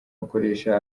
gukoresha